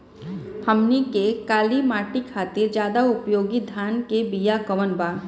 हमनी के काली माटी खातिर ज्यादा उपयोगी धान के बिया कवन बा?